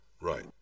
Right